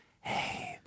Hey